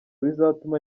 bizatuma